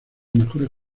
mejores